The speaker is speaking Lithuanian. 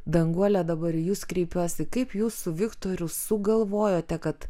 danguole dabar į jus kreipiuosi kaip jūs su viktoru sugalvojote kad